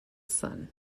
son